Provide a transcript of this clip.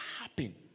happen